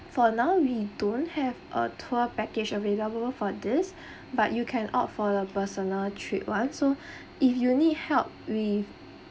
for now we don't have a tour package available for this but you can opt for the personal trip one so if you need help with